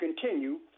continue